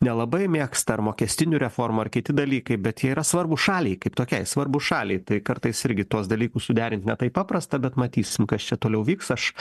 nelabai mėgsta ar mokestinių reformų ar kiti dalykai bet jie yra svarbūs šaliai kaip tokiai svarbūs šaliai tai kartais irgi tuos dalykus suderint ne taip paprasta bet matysim kas čia toliau vyks aš